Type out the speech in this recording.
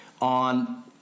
on